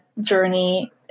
journey